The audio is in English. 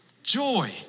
joy